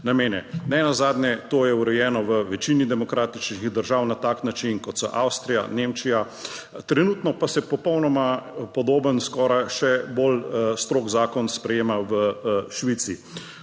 namene, nenazadnje to je urejeno v večini demokratičnih držav na tak način kot so Avstrija, Nemčija, trenutno pa se popolnoma podoben, skoraj še bolj strog zakon sprejema v Švici.